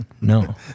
No